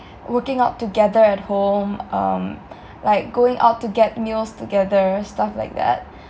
working out together at home um like going out to get meals together stuff like that